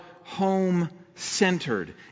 home-centered